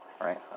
right